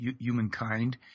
humankind